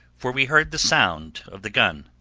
for we heard the sound of the gun.